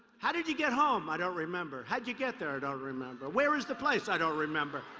how did you get home? i don't remember. how'd you get there? i don't remember. where is the place? i don't remember.